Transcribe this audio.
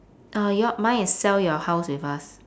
uh your mine is sell your house with us